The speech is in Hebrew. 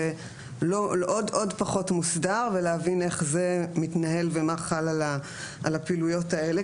זה עוד פחות מוסדר ולהבין איך זה מתנהל ומה חל על הפעילויות האלה,